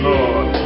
Lord